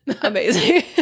Amazing